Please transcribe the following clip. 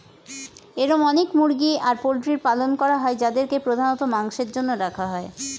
এরম অনেক মুরগি আর পোল্ট্রির পালন করা হয় যাদেরকে প্রধানত মাংসের জন্য রাখা হয়